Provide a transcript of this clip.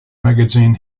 magazine